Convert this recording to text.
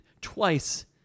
twice